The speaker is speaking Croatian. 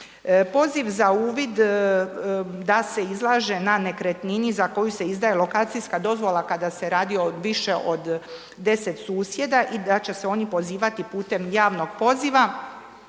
Poziv za uvid da se izlaže na nekretnini za koju se izdaje lokacijska dozvola kada se radi o više od 10 susjeda i da će se oni pozivati putem javnog poziva.